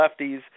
lefties